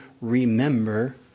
remember